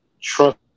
trust